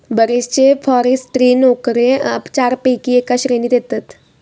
बरेचशे फॉरेस्ट्री नोकरे चारपैकी एका श्रेणीत येतत